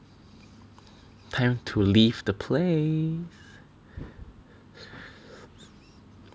time to leave the place